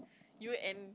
you and